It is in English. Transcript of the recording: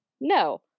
No